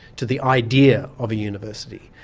to the idea of a university.